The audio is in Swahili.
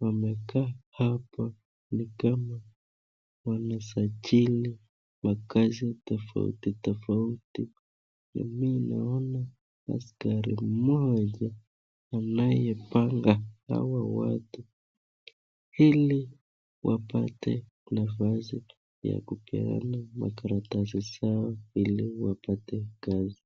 wamekaa hapo ni kama wanasajili kwa kazi tofauti tofauti. Mimi naona askari moja anayepanga hawa watu ili wapate nafasi ya kupeana makaratasi zao ili wapate kazi.